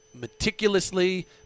meticulously